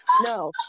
No